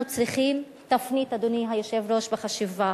אנחנו צריכים תפנית, אדוני היושב-ראש, בחשיבה,